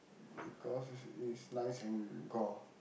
because it is nice and gore